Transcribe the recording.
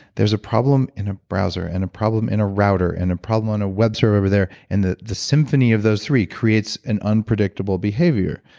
there's a problem in a browser and a problem in a router and a problem on a web server over there, and the the symphony of those three creates an unpredictable behavior.